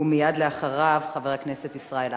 ומייד אחריו, חבר הכנסת ישראל אייכלר.